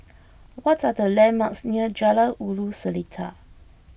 what are the landmarks near Jalan Ulu Seletar